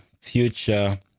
future